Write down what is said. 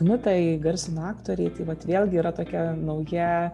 kmita įgarsino aktoriai tai vat vėlgi yra tokia nauja